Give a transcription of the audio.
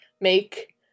make